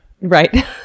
right